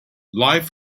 live